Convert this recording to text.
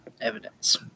evidence